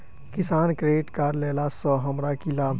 किसान credit card लेला सऽ हमरा की लाभ?